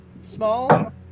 small